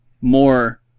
more